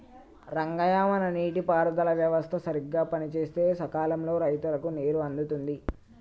రంగయ్య మన నీటి పారుదల వ్యవస్థ సరిగ్గా పనిసేస్తే సకాలంలో రైతులకు నీరు అందుతుంది